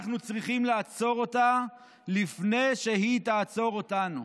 אנחנו צריכים לעצור אותה לפני שהיא תעצור אותנו".